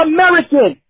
American